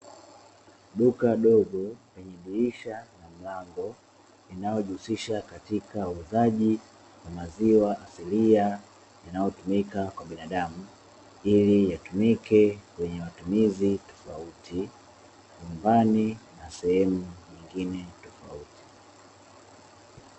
Duka dogo lenye dirisha na mlango linalojihusisha na uuzaji wa maziwa asilia yanayotumika kwa binadamu, ili yatumike kwenye matumizi tofauti nyumbani na sehemu nyingine tofauti.